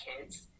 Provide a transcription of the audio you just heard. kids